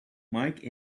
mike